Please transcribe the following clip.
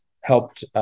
helped